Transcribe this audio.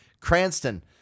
Cranston